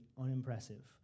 unimpressive